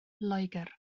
loegr